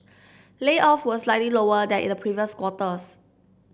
layoff were slightly lower than in the previous quarters